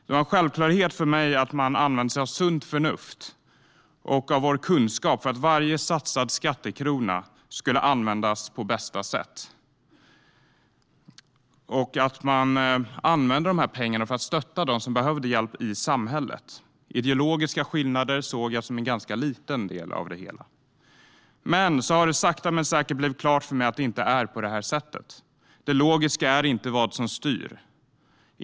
Det var en självklarhet för mig att man använde sig av sunt förnuft och av vår kunskap för att varje satsad skattekrona skulle användas på bästa sätt. Det var också en självklarhet för mig att man använde dessa pengar för att stötta dem som behövde hjälp i samhället. Ideologiska skillnader såg jag som en ganska liten del av det hela. Sakta men säkert har det dock blivit klart för mig att det inte är på detta sätt. Det som styr är inte det logiska.